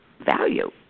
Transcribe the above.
value